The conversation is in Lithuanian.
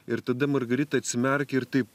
ir tada margarita atsimerkė ir taip